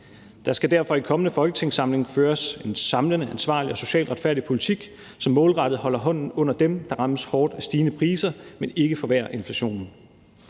Der skal derfor i kommende folketingssamling føres en samlende, ansvarlig og socialt retfærdig politik, som målrettet holder hånden under dem, der rammes hårdt af stigende priser, men ikke forværrer inflationen.